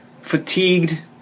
fatigued